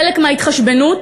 חלק מההתחשבנות